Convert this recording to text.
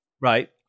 right